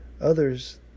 others